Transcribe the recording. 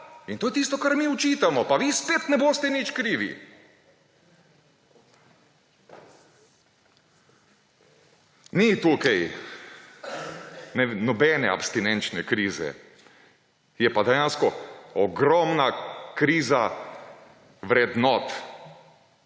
To je tisto, kar mi očitamo, pa vi spet ne boste nič krivi! Ni tukaj nobene abstinenčne krize, je pa dejansko ogromna kriza vrednot,